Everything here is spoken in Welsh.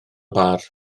bar